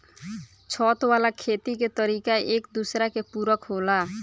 छत वाला खेती के तरीका एक दूसरा के पूरक होला